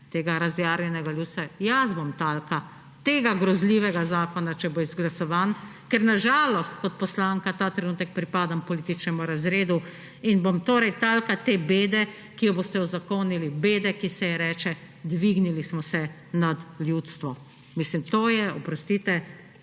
tega razjarjenega ljudstva. Veste kaj, jaz bom talka tega grozljivega zakona, če bo izglasovan, ker na žalost kot poslanka ta trenutek pripadam političnemu razredu in bom torej talka te bede, ki jo boste uzakonili; bede, ki se ji reče, dvignili smo se nad ljudstvo. To je, oprostite,